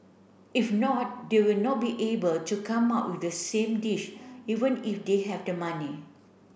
if not they will not be able to come up with the same dish even if they have the money